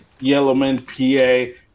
YellowmanPA